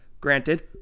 Granted